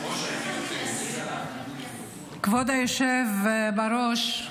כבוד היושב-בראש,